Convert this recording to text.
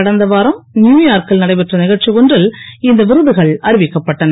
கடந்த வாரம் நியுயார்க்கில் நடைபெற்ற நிகழ்ச்சி ஒன்றில் இந்த விருதுகள் அறிவிக்கப்பட்டன